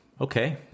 okay